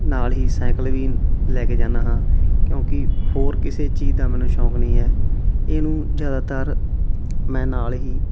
ਨਾਲ ਹੀ ਸਾਈਕਲ ਵੀ ਲੈ ਕੇ ਜਾਂਦਾ ਹਾਂ ਕਿਉਂਕਿ ਹੋਰ ਕਿਸੇ ਚੀਜ਼ ਦਾ ਮੈਨੂੰ ਸ਼ੌਂਕ ਨਹੀਂ ਹੈ ਇਹਨੂੰ ਜ਼ਿਆਦਾਤਰ ਮੈਂ ਨਾਲ ਹੀ